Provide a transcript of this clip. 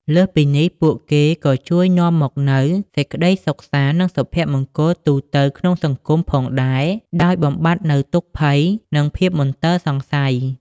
លើសពីនេះ ពួកគេក៏ជួយនាំមកនូវ សេចក្ដីសុខសាន្ត និងសុភមង្គលទូទៅក្នុងសង្គម ផងដែរ ដោយបំបាត់នូវទុក្ខភ័យ និងភាពមន្ទិលសង្ស័យ។